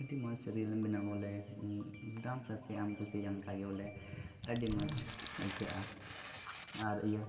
ᱟᱹᱰᱤ ᱢᱚᱡᱽ ᱨᱤᱞᱥ ᱮᱢ ᱵᱮᱱᱟᱣᱟ ᱵᱚᱞᱮ ᱰᱟᱱᱥ ᱟᱢ ᱥᱮ ᱟᱢ ᱠᱩᱥᱤ ᱡᱟᱦᱟᱸ ᱞᱮᱠᱟᱜᱮ ᱵᱚᱞᱮ ᱟᱹᱰᱤ ᱢᱚᱡᱽ ᱟᱹᱭᱠᱟᱹᱜᱼᱟ ᱟᱨ ᱤᱭᱟᱹ